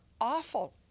awful